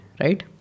Right